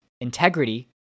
integrity